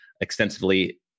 extensively